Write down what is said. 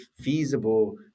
feasible